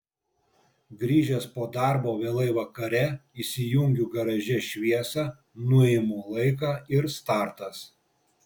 grįžęs po darbo vėlai vakare įsijungiu garaže šviesą nuimu laiką ir startas